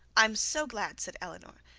i am so glad said eleanor.